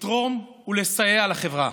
לתרום ולסייע לחברה: